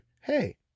hey